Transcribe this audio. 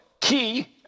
key